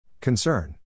Concern